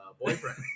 boyfriend